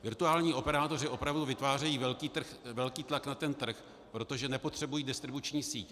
Virtuální operátoři opravdu vytvářejí velký tlak na trh, protože nepotřebují distribuční síť.